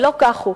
ולא כך הוא.